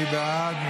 מי בעד?